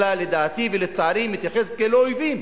לדעתי ולצערי היא מתייחסת אליהם כאל אויבים: